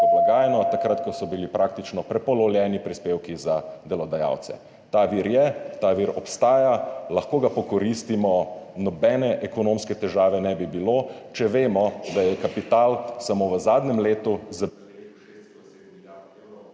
blagajno. Takrat, ko so bili praktično prepolovljeni prispevki za delodajalce. Ta vir je, ta vir obstaja, lahko ga pokoristimo, nobene ekonomske težave ne bi bilo, če vemo, da je kapital samo v zadnjem letu zabeležil ...